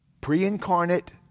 pre-incarnate